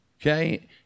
Okay